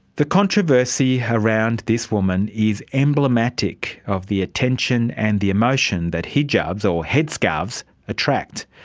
the controversy around this woman is emblematic of the attention and the emotion that hijabs or headscarves attract.